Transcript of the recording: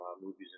movies